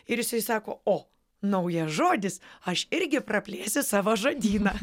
ir jisai sako o naujas žodis aš irgi praplėsiu savo žodyną